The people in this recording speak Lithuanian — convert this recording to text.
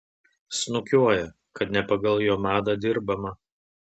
snukiuoja kad ne pagal jo madą dirbama